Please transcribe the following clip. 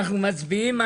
רוויזיה.